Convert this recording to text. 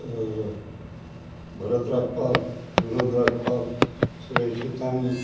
Bharat Rajpal Suraj Rajpal Suresh Hitani